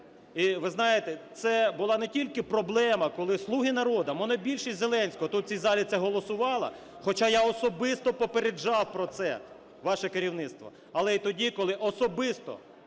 І ви знаєте, це була не тільки проблема, коли "слуги народу", монобільшість Зеленського тут у цій залі це голосувала, хоча я особисто попереджав про це ваше керівництво, але і тоді, коли особисто